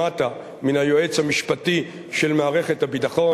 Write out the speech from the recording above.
שמעת מן היועץ המשפטי של מערכת הביטחון